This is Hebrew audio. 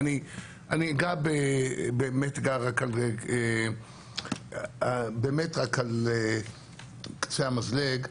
אני אגע באמת רק על קצה המזלג.